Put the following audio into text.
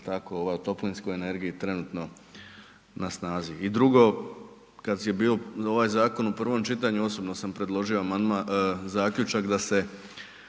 tako, ova o toplinskoj energiji trenutno na snazi. I drugo, kad je bio ovaj zakon u prvom čitanju osobno sam predložio amandman, zaključak da se